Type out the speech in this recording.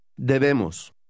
Debemos